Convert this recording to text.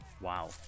Wow